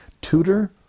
tutor